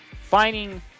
finding